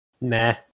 Meh